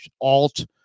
Alt